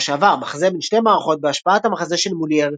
שעבר" - מחזה בן שתי מערכות בהשפעת המחזה של מולייר